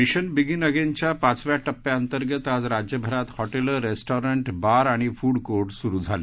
mission begin अगेनच्या पाचव्या टप्प्याअंतर्गत आज राज्यभरात हॉटेलं रेस्टॉरंट बार आणि फूड कोर्ट सुरु झाली